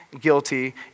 guilty